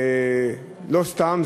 לא סתם,